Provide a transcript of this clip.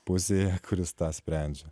pusėje kuris tą sprendžia